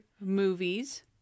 movies